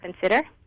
consider